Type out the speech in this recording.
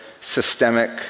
systemic